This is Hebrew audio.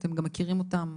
אתם גם מכירים אותם,